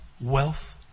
wealth